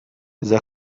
اذا